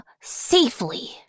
safely